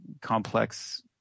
complex